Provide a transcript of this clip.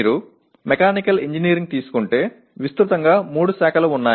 நீங்கள் mechanical engineering எடுத்தால் பரவலாக 3 பிரிவுகள் உள்ளன